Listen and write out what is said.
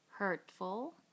hurtful